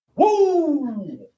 Woo